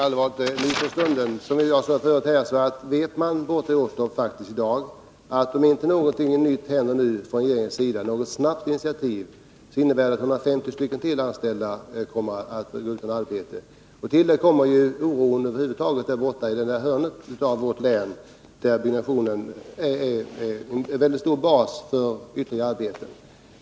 Herr talman! Men det är allvarligt nu, i denna stund. I Åstorp vet man faktiskt redan i dag att om inte någonting händer, om inte regeringen snabbt tar något initiativ, så innebär det att ytterligare 150 anställda kommer att bli utan arbete. Till detta kommer den allmänna oron för hur utvecklingen blir i detta hörn av vårt län, där byggnationen utgör en viktig bas för sysselsättningen.